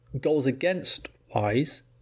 goals-against-wise